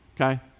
okay